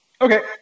Okay